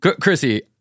Chrissy